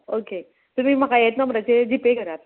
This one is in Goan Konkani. ओके तुमी म्हाका हेच नंबराचेर जी पे करात